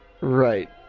Right